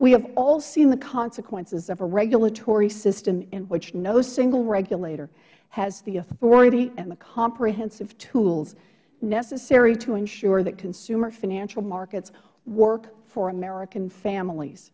have all seen the consequences of a regulatory system in which no single regulator has the authority and the comprehensive tools necessary to ensure that consumer financial markets work for american families